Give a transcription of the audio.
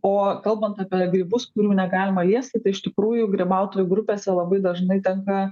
o kalbant apie grybus kurių negalima liesti tai iš tikrųjų grybautojų grupėse labai dažnai tenka